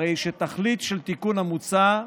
הרי שהתכלית של התיקון המוצע,